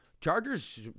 Chargers